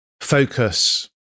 focus